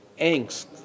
angst